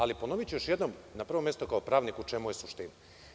Ali, ponoviću još jednom, na prvom mestu kao pravnik, u čemu je suština.